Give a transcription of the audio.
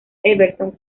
everton